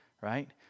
right